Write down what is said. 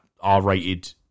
R-rated